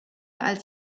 als